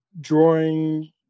drawing